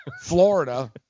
Florida